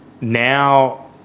Now